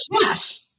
cash